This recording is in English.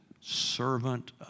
servant